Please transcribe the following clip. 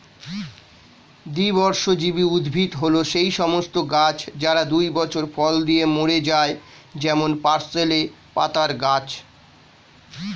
দ্বিবর্ষজীবী উদ্ভিদ হল সেই সমস্ত গাছ যারা দুই বছর ফল দিয়ে মরে যায় যেমন পার্সলে পাতার গাছ